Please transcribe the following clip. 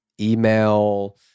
email